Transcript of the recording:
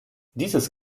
dieses